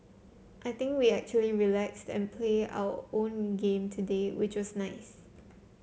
I think we actually relaxed and play our own game today which was nice